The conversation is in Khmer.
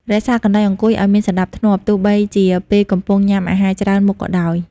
រក្សាកន្លែងអង្គុយឱ្យមានសណ្តាប់ធ្នាប់ ទោះបីជាពេលកំពុងញ៉ាំអាហារច្រើនមុខក៏ដោយ។